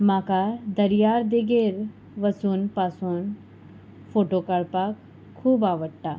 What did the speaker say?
म्हाका दर्यार देगेर वसून पासून फोटो काडपाक खूब आवडटा